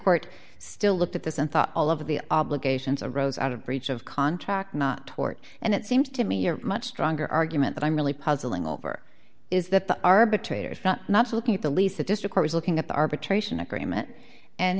court still looked at this and thought all of the obligations arose out of breach of contract not tort and it seems to me you're much stronger argument that i'm really puzzling over is that the arbitrator not looking at the lease the district was looking at the arbitration agreement and